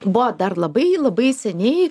buvo dar labai labai seniai